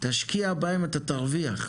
תשקיע בהם ואתה תרוויח,